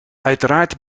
uiteraard